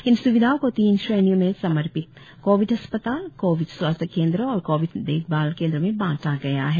इन स्विधाओं को तीन श्रेणियों में समर्पित कोविड अस्पताल कोविड स्वास्थ्य केंद्र और कोविड देखभाल केंद्र में बांटा गया है